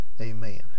amen